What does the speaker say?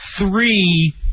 three